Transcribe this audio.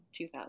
2000